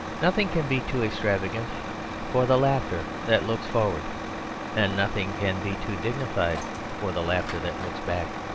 nothing can be too extravagant for the laughter that looks forward and nothing can be too dignified for the laughter that looks back.